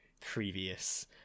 previous